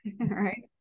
right